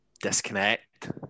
disconnect